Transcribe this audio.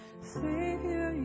Savior